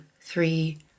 three